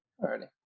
Alrighty